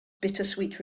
bittersweet